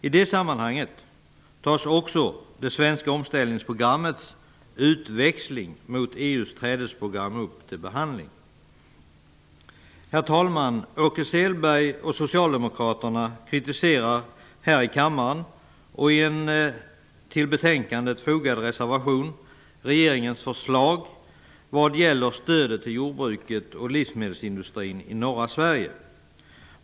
I det sammanhanget tas också det svenska omställningsprogrammets utväxling mot EU:s trädesprogram upp till behandling. Herr talman! Åke Selberg och socialdemokraterna kritiserar här i kammaren och i en till betänkandet fogad reservation regeringens förslag när det gäller stödet till jordbruket och stödet till livsmedelsindustrin i norra Sverige.